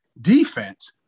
defense